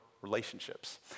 Relationships